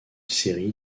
série